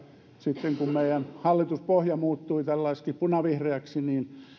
sitten kun meidän hallituspohja muuttui tällaiseksi punavihreäksi niin